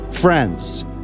friends